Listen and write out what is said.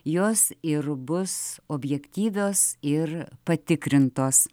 jos ir bus objektyvios ir patikrintos